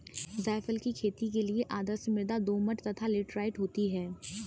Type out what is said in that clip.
जायफल की खेती के लिए आदर्श मृदा दोमट तथा लैटेराइट होती है